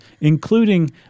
including